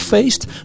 Faced